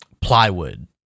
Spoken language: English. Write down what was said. plywood